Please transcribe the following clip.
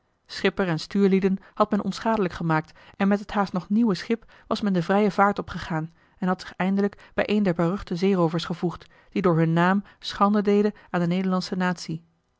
schipper en stuurlieden had men onschadelijk gemaakt en met het haast nog nieuwe schip was men de vrije vaart opgegaan en had zich eindelijk bij een der beruchte zeeroovers gevoegd die door hun naam schande deden aan de nederlandsche natie